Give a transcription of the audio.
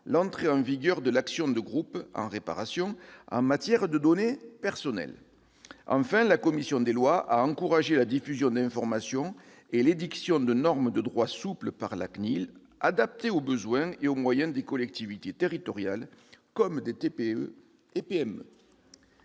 l'entrée en vigueur de l'action de groupe en réparation de préjudices en matière de données personnelles. Enfin, la commission des lois a encouragé la diffusion d'informations et l'édiction de normes de droit souple par la CNIL, adaptées aux besoins et aux moyens des collectivités territoriales comme des TPE et PME.